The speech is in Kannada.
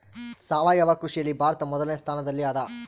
ಸಾವಯವ ಕೃಷಿಯಲ್ಲಿ ಭಾರತ ಮೊದಲನೇ ಸ್ಥಾನದಲ್ಲಿ ಅದ